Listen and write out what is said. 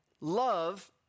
love